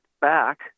back